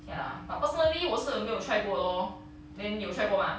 ya but personally 我是没有 try 过 lor then 你要 try 过吗